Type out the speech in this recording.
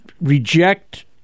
reject